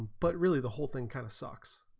but really the whole thing, kind of socks